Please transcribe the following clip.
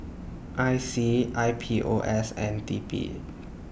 I C I P O S and T P